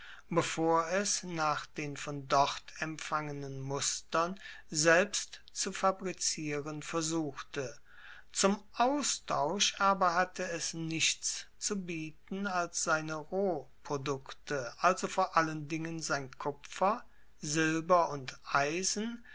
bevor es nach den von dort empfangenen mustern selbst zu fabrizieren versuchte zum austausch aber hatte es nichts zu bieten als seine rohprodukte also vor allen dingen sein kupfer silber und eisen